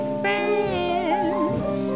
friends